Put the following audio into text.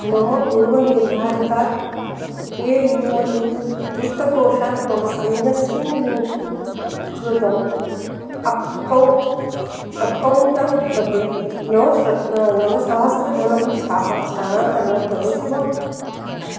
मम पूर्वनिर्धारितात् PayUMoney वित्तकोशात् मम अन्यस्मिन् लिङ्क् कृतम् अक्कौ अक्कौण्ट मध्ये नवशतं नवसहस्रधनं स्थाप स्थानान्तरणं करोषि वा